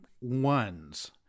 ones